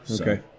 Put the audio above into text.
Okay